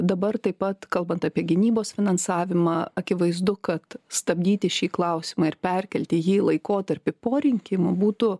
dabar taip pat kalbant apie gynybos finansavimą akivaizdu kad stabdyti šį klausimą ir perkelti jį į laikotarpį po rinkimų būtų